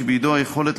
שבידו היכולת,